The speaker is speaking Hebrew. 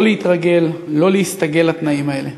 לא להתרגל, לא להסתגל לתנאים אלה.